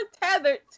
tethered